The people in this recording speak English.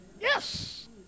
Yes